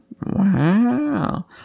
Wow